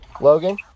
Logan